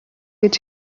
гэж